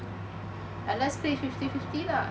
unless pay fifty fifty lah